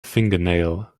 fingernail